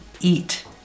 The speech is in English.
eat